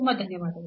ತುಂಬ ಧನ್ಯವಾದಗಳು